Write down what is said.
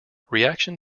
reaction